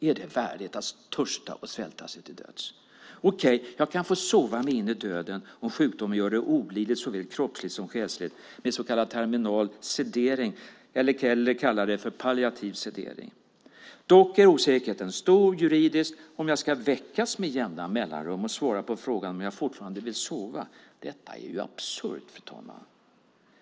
Okej, om sjukdomen gör det olidligt såväl kroppsligt som själsligt kan jag få sova mig in i döden med så kallad terminal sedering, eller kalla det hellre palliativ sedering. Dock är osäkerheten stor juridiskt om jag ska väckas med jämna mellanrum och svara på frågan om jag fortfarande vill sova. Detta är absurt, fru talman.